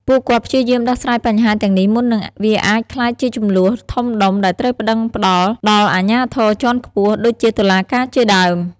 ពួកគាត់ព្យាយាមដោះស្រាយបញ្ហាទាំងនេះមុននឹងវាអាចក្លាយជាជម្លោះធំដុំដែលត្រូវប្ដឹងផ្ដល់ដល់អាជ្ញាធរជាន់ខ្ពស់ ដូចជាតុលាការជាដើម។